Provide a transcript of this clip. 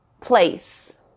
place